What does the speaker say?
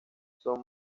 son